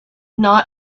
not